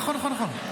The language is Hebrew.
נכון נכון נכון.